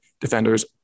Defenders